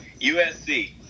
USC